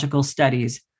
studies